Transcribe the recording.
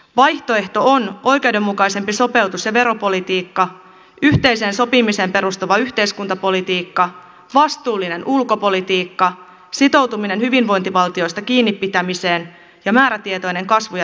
vaihtoehto on oikeudenmukaisempi sopeutus ja veropolitiikka yhteiseen sopimiseen perustuva yhteiskuntapolitiikka vastuullinen ulkopolitiikka sitoutuminen hyvinvointivaltiosta kiinnipitämiseen ja määrätietoinen kasvu ja työllisyyspolitiikka